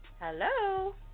Hello